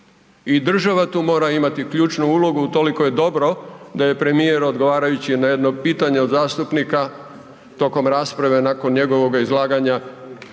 i država tu mora imati ključnu ulogu, utoliko je dobro da je premijer odgovarajući na jedno pitanje od zastupnika tokom rasprave nakon njegovoga izlaganja